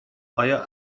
آیا